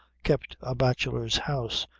kept a bachelor's house,